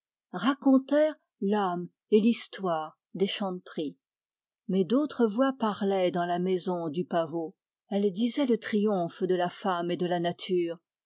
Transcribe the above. racontèrent l'âme et l'histoire des chanteprie mais d'autres voix parlaient dans la maison du pavot elles disaient le triomphe de la femme et de la nature